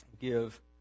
give